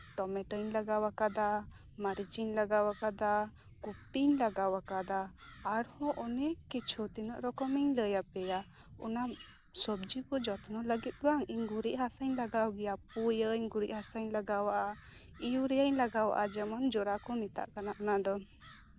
ᱴᱚᱢᱮᱴᱳᱧ ᱞᱟᱜᱟᱣ ᱟᱠᱟᱫᱟ ᱢᱟᱹᱨᱤᱪ ᱤᱧ ᱞᱟᱜᱟᱣ ᱟᱠᱟᱫᱟ ᱚᱯᱤᱧ ᱞᱟᱜᱟᱣ ᱟᱠᱟᱫᱟ ᱟᱨᱦᱚᱸ ᱚᱱᱮᱠ ᱠᱤᱪᱷᱩ ᱞᱟᱹᱭ ᱟᱯᱮᱭᱟ ᱥᱚᱵᱡᱤ ᱠᱚ ᱡᱚᱛᱱᱚ ᱞᱟᱹᱜᱤᱫ ᱵᱟᱝ ᱤᱧ ᱜᱩᱨᱤᱡ ᱦᱟᱥᱟᱧ ᱞᱟᱜᱟᱣ ᱜᱮᱭᱟ ᱯᱩᱭᱟᱹᱧ ᱜᱩᱨᱤᱡ ᱦᱟᱥᱟᱧ ᱞᱟᱜᱟᱣᱟ ᱤᱭᱩᱨᱤᱭᱟᱧ ᱞᱟᱜᱟᱣᱟᱜᱼᱟ ᱡᱮᱢᱚᱱ ᱡᱚᱨᱟ ᱠᱚ ᱢᱮᱛᱟᱜ ᱠᱟᱱᱟ ᱚᱱᱟ ᱫᱚ